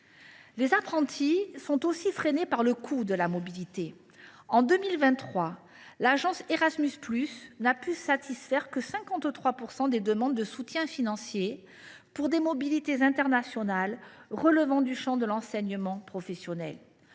Les apprentis sont aussi freinés par le coût de la mobilité. En 2023, l’agence Erasmus+ n’a pu satisfaire que 53 % des demandes de soutien financier pour des mobilités internationales relevant du champ de l’enseignement professionnel.